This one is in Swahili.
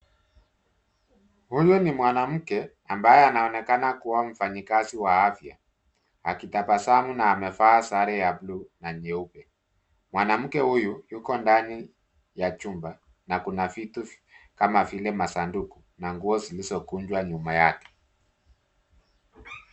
Huyu ni mwanamke, ambaye anaonekana kuwa mfanyikazi wa afya, akitabasamu na amevaa sare ya blue na nyeupe. Mwanamke huyu, yuko ndani ya chumba, na kuna vitu, kama vile masanduku, na nguo zilizokunjwa nyuma yake.